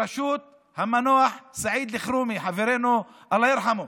בראשות המנוח סעיד אלחרומי, חברנו, אללה ירחמו,